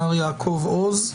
מר יעקב עוז.